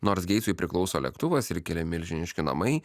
nors geitsui priklauso lėktuvas ir keli milžiniški namai